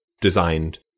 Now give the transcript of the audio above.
designed